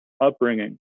upbringing